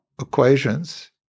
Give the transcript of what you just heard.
equations